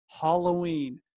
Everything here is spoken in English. halloween